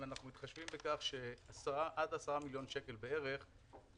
אנחנו מתחשבים בכך שעד 10 מיליון שקל בשנה